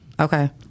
Okay